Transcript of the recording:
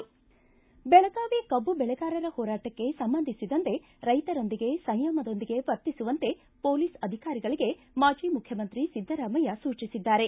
ಬೆಳಗಾವಿ ಕಬ್ಲು ಬೆಳೆಗಾರರ ಹೋರಾಟಕ್ಕೆ ಸಂಬಂಧಿಸಿದಂತೆ ರೈತರೊಂದಿಗೆ ಸಂಯಮದೊಂದಿಗೆ ವರ್ತಿಸುವಂತೆ ಪೊಲೀಸ್ ಅಧಿಕಾರಿಗಳಿಗ ಮಾಜಿ ಮುಖ್ಯಮಂತ್ರಿ ಸಿದ್ದರಾಮಯ್ಯ ಸೂಚಿಸಿದ್ದಾರೆ